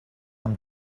amb